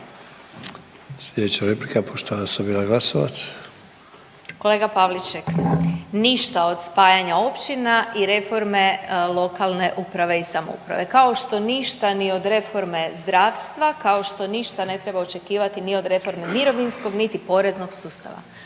Glasovac. **Glasovac, Sabina (SDP)** Kolega Pavliček ništa od spajanja općina i reforme lokalne uprave i samouprave. Kao što ništa ni od reforme zdravstva, kao što ništa ne treba očekivati ni od reforme mirovinskog, niti poreznog sustava.